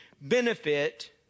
benefit